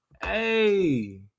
Hey